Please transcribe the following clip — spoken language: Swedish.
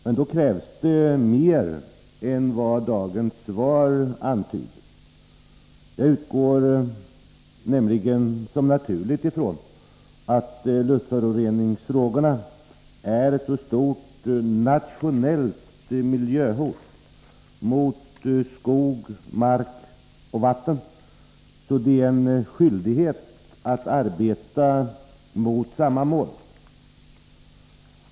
Men då krävs mer än vad dagens svar antyder. Jag utgår nämligen som en naturlig sak ifrån att luftföroreningarna utgör ett stort nationellt miljöhot mot skog, mark och vatten. Därför är det en skyldighet för oss att arbeta mot samma mål.